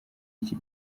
iki